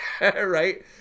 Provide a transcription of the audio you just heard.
Right